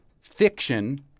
fiction